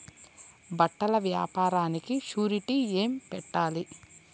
బట్టల వ్యాపారానికి షూరిటీ ఏమి పెట్టాలి?